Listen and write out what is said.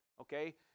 okay